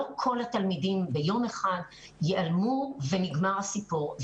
לא כל התלמידים ייעלמו ביום אחד ונגמר הסיפור.